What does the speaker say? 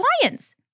clients